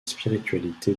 spiritualité